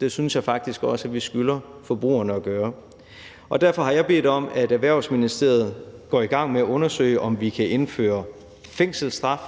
det synes jeg faktisk også at vi skylder forbrugerne at gøre, og derfor har jeg bedt om, at Erhvervsministeriet går i gang med at undersøge, om vi kan indføre fængselsstraf